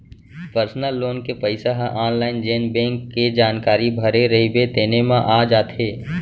personal loan के पइसा ह आनलाइन जेन बेंक के जानकारी भरे रइबे तेने म आ जाथे